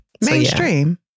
Mainstream